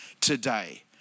today